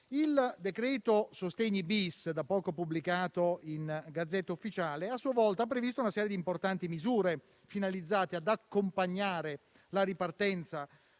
Il decreto sostegni-*bis*, da poco pubblicato in *Gazzetta Ufficiale*, ha a sua volta previsto una serie di importanti misure finalizzate ad accompagnare la ripartenza